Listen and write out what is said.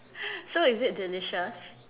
so is it delicious